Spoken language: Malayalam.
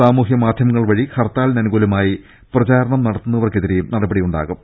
സാമൂഹ്യ മാധ്യമങ്ങൾവഴി ഹർത്താലിന് അനുകൂലമായി പ്രചാരണം നടത്തുന്ന വർക്കെതിരെയും നടപടിയുണ്ടാവും